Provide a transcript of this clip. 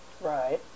Right